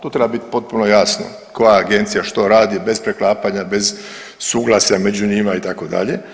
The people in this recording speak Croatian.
To treba bit potpuno jasno koja agencija što radi bez preklapanja, bez suglasja među njima itd.